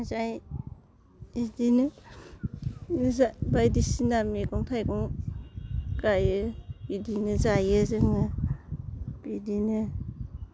जाय बिदिनो जा बायदिसिना मैगं थाइगं गायो बिदिनो जायो जोङो बिदिनो